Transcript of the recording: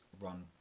run